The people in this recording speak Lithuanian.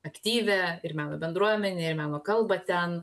aktyvią ir meno bendruomenę ir meno kalbą ten